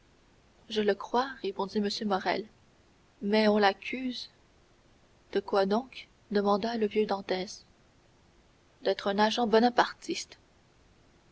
je le crois répondit m morrel mais on l'accuse de quoi donc demanda le vieux dantès d'être un agent bonapartiste